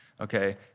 Okay